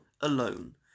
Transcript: alone